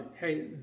hey